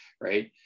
right